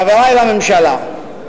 חברי בממשלה,